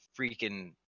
freaking –